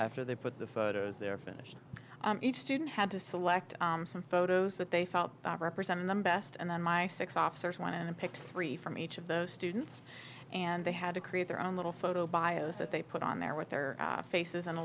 after they put the photos there finishing each student had to select some photos that they felt represented the best and then my six officers went and picked three from each of those students and they had to create their own little photo bios that they put on there with their faces and a